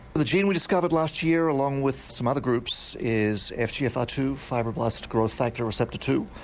the gene we discovered last year along with some other groups is f g f r two, fibroblast growth factor receptor two,